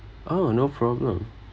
oh no problem